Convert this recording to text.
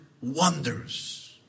wonders